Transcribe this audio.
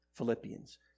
Philippians